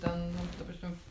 ten ta prasme